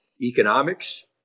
economics